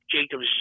Jacobs